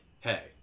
hey